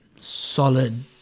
Solid